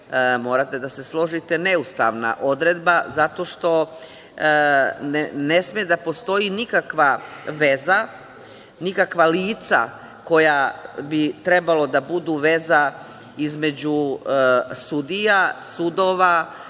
morate da se složite, neustavna odredba zato što ne sme da postoji nikakva veza, nikakva lica koja bi trebalo da budu veza između sudija, sudova,